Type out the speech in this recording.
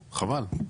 חבל,